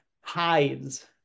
hides